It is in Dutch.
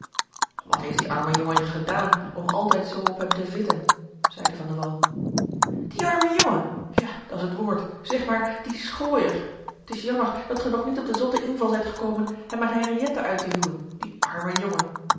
wat heeft die arme jongen je gedaan om altijd zoo op hem te vitten zeide van die arme jongen ja dat is het woord zeg maar die schooijer t is jammer dat ge nog niet op den zotten inval zijt gekomen hem aan henriëtte uit te huwen die arme jongen